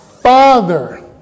father